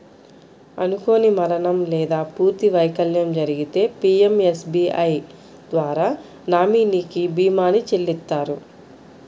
అనుకోని మరణం లేదా పూర్తి వైకల్యం జరిగితే పీయంఎస్బీఐ ద్వారా నామినీకి భీమాని చెల్లిత్తారు